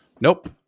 Nope